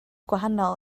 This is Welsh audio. gwahanol